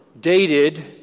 dated